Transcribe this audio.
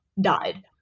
died